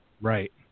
Right